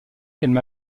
qu’elle